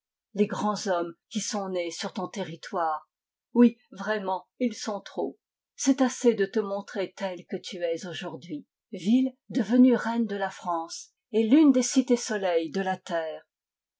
les grands hommes qui sont nés sur ton territoire oui vraiment ils sont trop c'est assez de te montrer telle que tu es aujour o d'hui ville devenue reine de la france et l'une des cités soleils de la terre